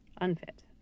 Unfit